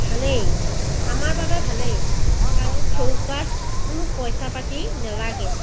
ভালেই আমাৰ বাবে ভালেই কাৰণ চৌকাত কোনো পইচা পাতি নেলাগে